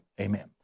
Amen